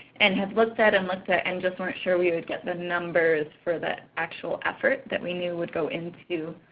and had looked at, and looked at, and just weren't sure we would get the numbers for the actual effort that we knew would go into